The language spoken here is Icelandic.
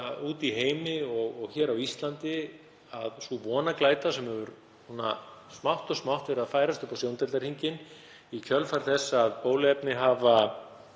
úti í heimi og hér á Íslandi að sú vonarglæta sem smátt og smátt hefur verið að færast upp á sjóndeildarhringinn, í kjölfar þess að bóluefni hafa